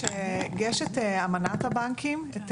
את אמנת הבנקים, את